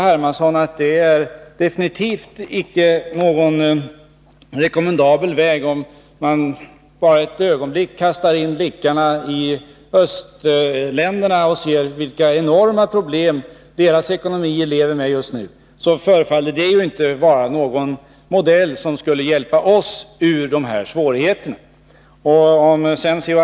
Hermansson vet ju att det absolut inte är någon rekommendabel väg. Vänder man bara ett ögonblick blicken mot östländerna och ser vilka enorma problem dessa länders ekonomi har just nu, förefaller det inte vara någon modell som skulle kunna hjälpa oss ur de här svårigheterna. Har C.-H.